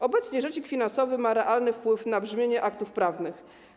Obecnie rzecznik finansowy ma realny wpływ na brzmienie aktów prawnych.